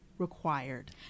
required